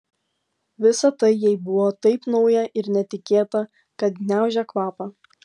visa tai jai buvo taip nauja ir netikėta kad gniaužė kvapą